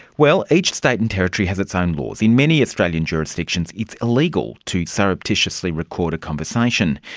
well, each state and territory has its own laws. in many australian jurisdictions it's illegal to surreptitiously record a conversation.